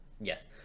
Yes